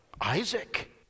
Isaac